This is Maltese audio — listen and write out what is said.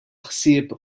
ħsieb